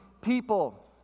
people